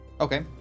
Okay